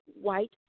white